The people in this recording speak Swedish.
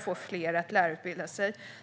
få fler att utbilda sig till lärare.